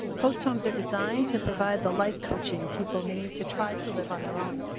host homes are designed to provide the life coaching people need to try to live on their own.